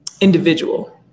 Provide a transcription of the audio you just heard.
individual